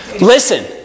Listen